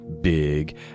big